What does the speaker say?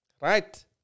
Right